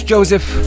Joseph